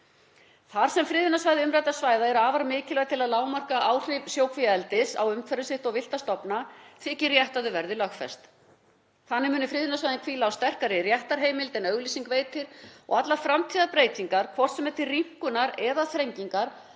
Þar sem friðunarsvæði umræddra svæða eru afar mikilvæg til að lágmarka áhrif sjókvíaeldis á umhverfi sitt og villta stofna þykir rétt að þau verði lögfest. Þannig muni friðunarsvæðin hvíla á sterkari réttarheimild en auglýsing veitir og allar framtíðarbreytingar, hvort sem er til rýmkunar eða þrengingar,